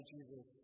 Jesus